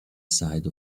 side